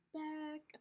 back